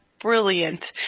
brilliant